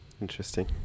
Interesting